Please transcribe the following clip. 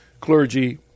clergy